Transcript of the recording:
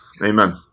Amen